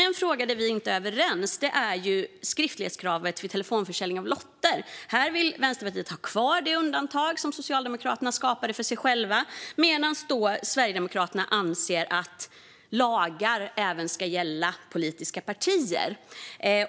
En fråga som vi dock inte är överens i är skriftlighetskravet vid telefonförsäljning av lotter. Vänsterpartiet vill ha kvar det undantag som Socialdemokraterna skapade för sig själva, medan Sverigedemokraterna anser att lagar även ska gälla politiska partier.